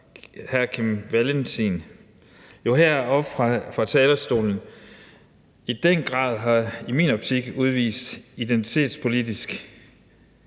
hr. Kim Valentin, jo heroppe fra talerstolen i den grad har udvist en, i min optik, identitetspolitisk